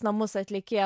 namus atlikėją